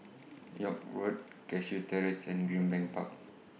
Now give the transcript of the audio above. York Road Cashew Terrace and Greenbank Park